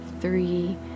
three